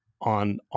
on